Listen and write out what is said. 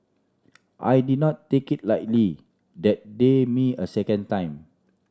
I did not take it lightly that they me a second time